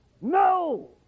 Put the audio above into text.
No